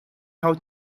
how